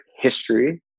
history